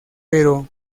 pero